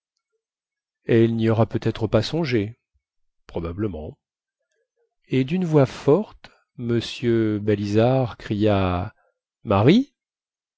elle ny aura peut-être pas songé probablement et dune voix forte m balizard cria marie